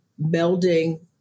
melding